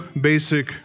basic